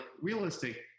realistic